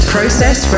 Process